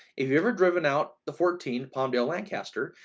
if you've ever driven out the fourteen palmdale lancaster,